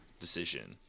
decision